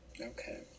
Okay